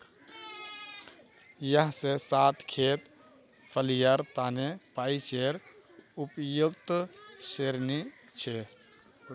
छह से सात खेत फलियार तने पीएचेर उपयुक्त श्रेणी छे